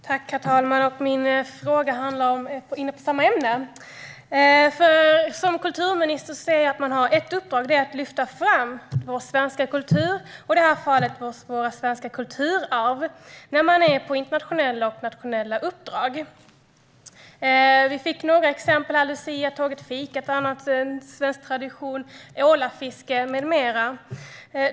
Herr talman! Min fråga gäller samma ämne. Jag anser att man som kulturminister har ett uppdrag att lyfta fram vår svenska kultur, och i detta fall våra svenska kulturarv, när man är på internationella och nationella uppdrag. Några exempel - det nämndes en del tidigare - är luciatåg, fika, ålafiske med mera.